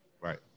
right